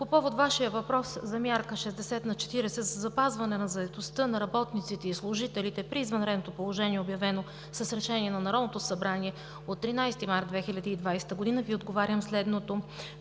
По повод Вашия въпрос за мярка 60/40 за запазване на заетостта на работниците и служителите при извънредното положение, обявено с Решение на Народното събрание от 13 март 2020 г., Ви отговарям следното: